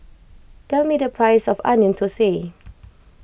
tell me the price of Onion Thosai